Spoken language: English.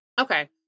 Okay